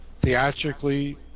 theatrically